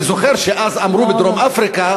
אני זוכר שאז אמרו בדרום-אפריקה,